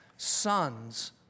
sons